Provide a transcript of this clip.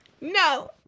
no